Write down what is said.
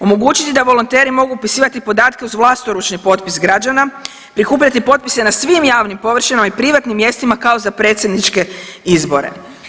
Omogućiti da volonteri mogu upisivati podatke uz vlastoručni potpis građana, prikupljati potpise na svim javnim površinama i privatnim mjestima, kao za predsjedničke izbore.